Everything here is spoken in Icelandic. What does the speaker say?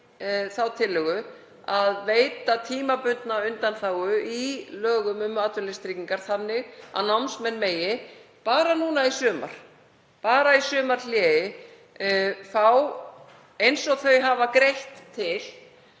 þá tillögu að veita tímabundna undanþágu í lögum um atvinnuleysistryggingar þannig að námsmenn megi, bara núna í sumar, bara í sumarhléi, eins og þeir hafa greitt til,